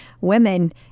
women